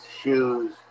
shoes